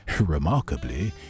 Remarkably